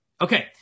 Okay